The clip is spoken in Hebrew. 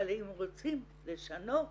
אבל אם רוצים לשנות